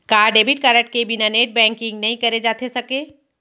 का debit card के बिना नेट बैंकिंग नई करे जाथे सके?